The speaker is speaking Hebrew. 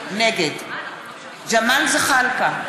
נגד ג'מאל זחאלקה,